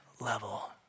level